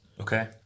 okay